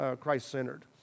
Christ-centered